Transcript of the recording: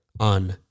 On